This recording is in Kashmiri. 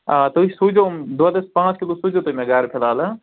آ تُہۍ سوٗزِو یِم دۄدس پانٛژہ کِلوٗ سوٗزِو تُہۍ مےٚ گَرٕ فِلحال